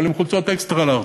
אבל עם חולצות אקסטרה-לארג',